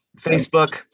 Facebook